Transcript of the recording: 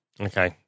Okay